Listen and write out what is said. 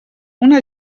una